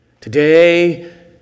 Today